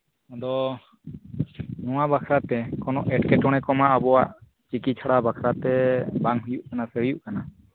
ᱟᱫᱚ ᱱᱚᱣᱟ ᱵᱟᱠᱷᱨᱟᱛᱮ ᱠᱳᱱᱳ ᱮᱴᱠᱮᱴᱚᱬᱮ ᱠᱚᱢᱟ ᱟᱵᱚᱣᱟᱜ ᱴᱤᱠᱤ ᱪᱷᱟᱲᱟᱭ ᱵᱟᱠᱷᱨᱟᱛᱮ ᱵᱟᱝ ᱦᱩᱭᱩᱜ ᱠᱟᱱᱟ ᱥᱮ ᱦᱩᱭᱩᱜ ᱠᱟᱱᱟ